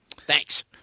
Thanks